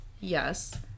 Yes